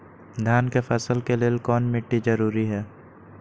धान के फसल के लेल कौन मिट्टी जरूरी है?